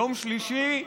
יום שלישי,